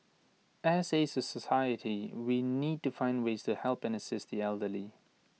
as A society we need to find ways to help and assist the elderly